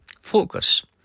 Focus